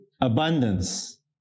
abundance